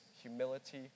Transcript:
humility